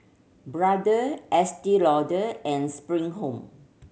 Brother Estee Lauder and Spring Home